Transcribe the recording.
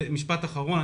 משפט אחרון.